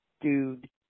Dude